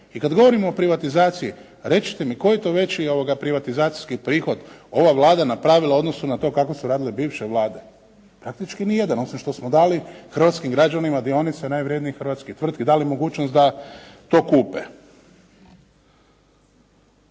I kad govorimo o privatizaciji, reci te mi koji to veći privatizacijski prihod ova Vlada napravila u odnosu na to kako su radile bivše vlade. Praktički ni jedan, osim što smo dali hrvatskim građanima najvrjednijih hrvatskih tvrtki dali mogućnost da to kupe.